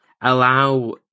allow